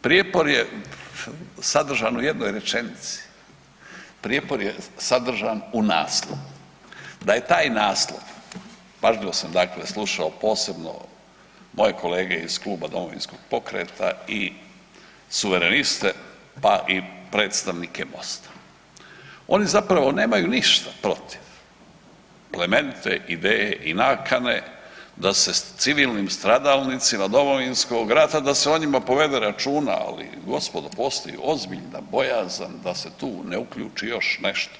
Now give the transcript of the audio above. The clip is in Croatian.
Prijepor je sadržan u jednoj rečenici, prijepor je sadržan u naslovu, da je taj naslov, pažljivo sam dakle slušao posebno moje kolege iz klub Domovinskog pokreta i Suvereniste pa i predstavnike Mosta, oni zapravo nemaju ništa protiv plemenite ideje i nakane da se civilnim stradalnica Domovinskog rata da se o njima povede računa, ali gospodo postoji ozbiljna bojazan da se tu ne uključi još nešto.